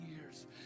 years